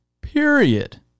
period